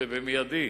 ומייד,